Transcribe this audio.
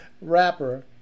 rapper